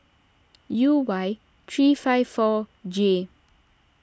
U Y three five four J